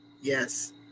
Yes